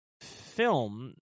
film